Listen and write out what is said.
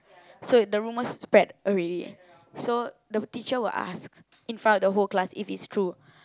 so the rumours spread already so the teacher will ask in front of the whole class if it's true